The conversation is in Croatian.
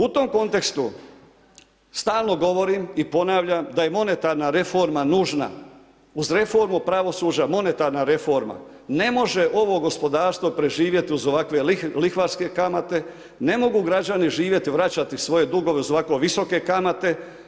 U tom kontekstu stalno govorim i ponavljam da je monetarna reforma nužna uz reformu pravosuđa monetarna reforma ne može ovo gospodarstvo preživjeti uz ovakve lihvarske kamate, ne mogu građani živjeti, vraćati svoje dugove uz ovako visoke kamate.